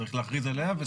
צריך להכריז עליה.